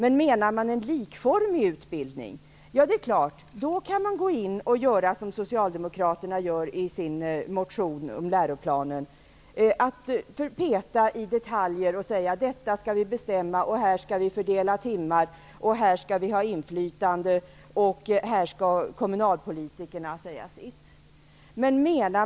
Om det däremot gäller likformig utbildning, kan man naturligtvis göra som socialdemokraterna gör i sin motion om läroplanen, att peta i detaljer och tala om vilka saker man skall bestämma, hur man skall fördela timmar, på vilka områden man skall ha inflytande och i vilka frågor kommunalpolitikerna skall få säga sitt.